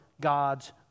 God's